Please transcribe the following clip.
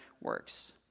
works